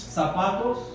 zapatos